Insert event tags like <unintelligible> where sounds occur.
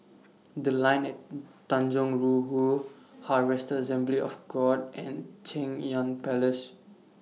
The Line At <noise> Tanjong Rhu <unintelligible> Harvester Assembly of God and Cheng Yan Palace